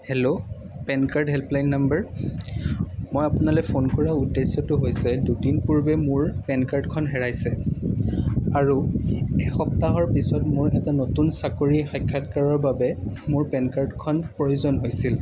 hello PAN card helpline number মই আপোনালৈ phone কৰাৰ উদ্দেশ্যটো হৈছে দুদিন পূৰ্বে মোৰ পেন কাৰ্ডখন হেৰাইছে আৰু এসপ্তাহৰ পিছত মোৰ এটা নতুন চাকৰি সাক্ষাৎকাৰৰ বাবে মোৰ পেন কাৰ্ডখন প্ৰয়োজন হৈছিল